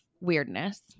weirdness